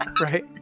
Right